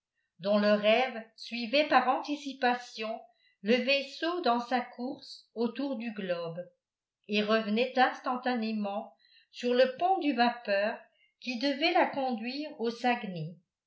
dont le rêve suivait par anticipation le vaisseau dans sa course autour du globe et revenait instantanément sur le pont du vapeur qui devait la conduire au saguenay